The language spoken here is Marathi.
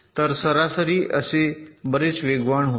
तर सरासरी हे बरेच वेगवान होते